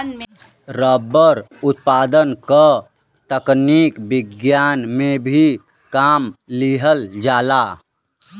rubber उत्पादन क तकनीक विज्ञान में भी काम लिहल जाला